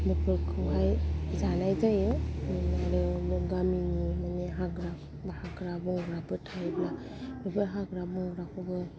फोरखौहाय जानाय जायो आरो गामिनि हाग्रा हुग्रा हाग्रा बंग्राफोर थायोबा बफोर हाग्रा बंग्रा खौबो